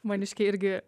maniškė irgi